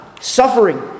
suffering